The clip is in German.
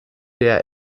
der